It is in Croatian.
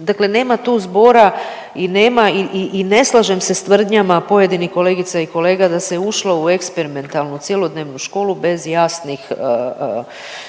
dakle nema tu zbora i nema i ne slažem se s tvrdnjama pojedinih kolegica i kolega da se ušlo u eksperimentalnu cjelodnevnu školu bez jasnih, bez jasnog